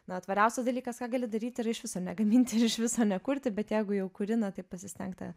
na tvariausias dalykas ką gali daryti yra iš viso negaminti iš viso nekurti bet jeigu jau kuri na tai pasistengti